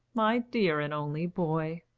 my dear and only boy!